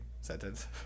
sentence